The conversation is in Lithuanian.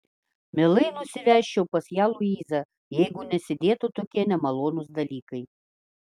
mielai nusivežčiau pas ją luizą jeigu nesidėtų tokie nemalonūs dalykai